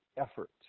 effort